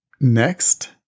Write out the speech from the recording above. next